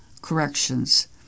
Corrections